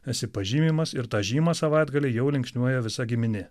esi pažymimas ir tą žymą savaitgalį jau linksniuoja visa giminė